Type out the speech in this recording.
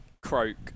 Croak